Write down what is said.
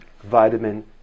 vitamin